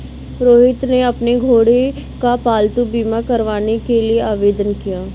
रोहित ने अपने घोड़े का पालतू बीमा करवाने के लिए आवेदन किया